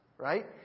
Right